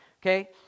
Okay